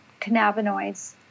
cannabinoids